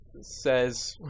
says